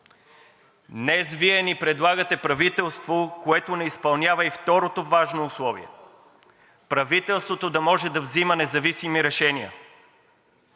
Вие ни предлагате правителство, което не изпълнява и второто важно условие – правителството да може да взема независими решения!